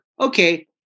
okay